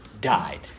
died